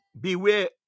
beware